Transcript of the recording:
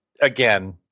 again